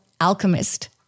alchemist